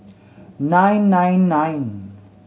nine nine nine